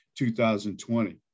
2020